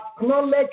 acknowledge